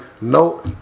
no